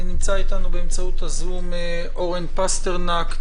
נמצא איתנו באמצעות הזום אורן פסטרנק,